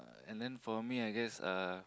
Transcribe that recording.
and then for me I guess uh